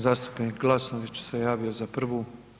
Zastupnik Glasnović se javio za prvu.